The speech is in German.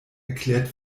erklärt